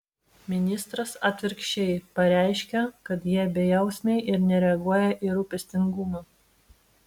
ministras atvirkščiai pareiškia kad jie bejausmiai ir nereaguoja į rūpestingumą